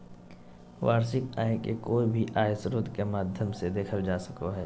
वार्षिक आय के कोय भी आय स्रोत के माध्यम से देखल जा सको हय